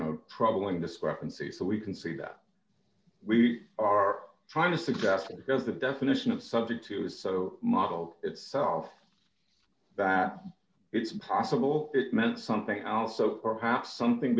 know troubling discrepancies that we can see that we are trying to suggest because the definition of subject to is so model itself that it's possible it meant something also perhaps something